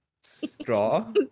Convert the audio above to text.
straw